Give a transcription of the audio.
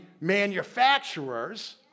manufacturers